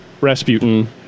Rasputin